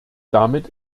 damit